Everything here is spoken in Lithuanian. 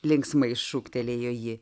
linksmai šūktelėjo ji